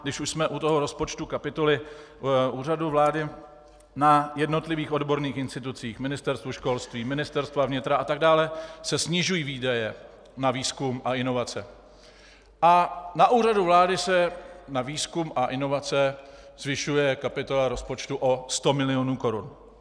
Když už jsme u toho rozpočtu kapitoly Úřadu vlády, na jednotlivých odborných institucích, Ministerstvu školství, Ministerstvu vnitra a tak dále se snižují výdaje na výzkum a inovace a na Úřadu vlády se na výzkum a inovace zvyšuje kapitola rozpočtu o 100 milionů korun.